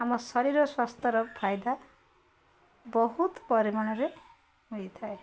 ଆମ ଶରୀର ସ୍ୱାସ୍ଥ୍ୟର ଫାଇଦା ବହୁତ ପରିମାଣରେ ହୋଇଥାଏ